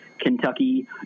kentucky